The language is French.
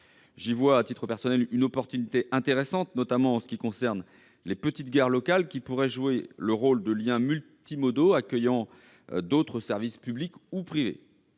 J'y vois, à titre personnel, une possibilité intéressante, notamment en ce qui concerne les petites gares locales, qui pourraient jouer le rôle de lieux multimodaux accueillant d'autres services publics ou privés.